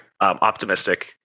optimistic